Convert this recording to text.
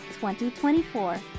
2024